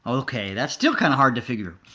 ok, that's still kind of hard to figure.